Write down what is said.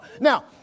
Now